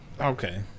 okay